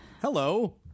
Hello